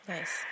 Nice